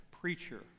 preacher